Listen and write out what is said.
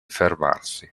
fermarsi